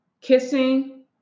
kissing